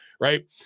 right